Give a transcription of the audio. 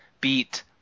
beat